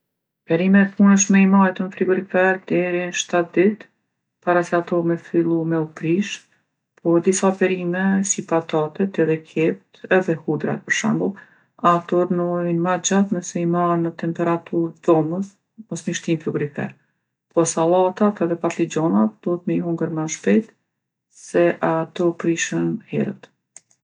Perimet munësh me i majtë n'frigorifer deri n'shtatë ditë para se ato me fillu me u prishë. Po disa perime, si patatet edhe keptë edhe hudrat për shembull, ato rrnojnë ma gjatë nëse i man në temperaturë t'dhomës, mos me i shti n'frigorifer. Po sallatat edhe patligjonat duhet mi hongër ma shpejtë se ato prishen herët.